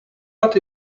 but